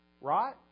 Right